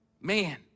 man